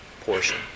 portion